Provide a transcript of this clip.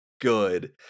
good